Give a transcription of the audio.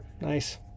nice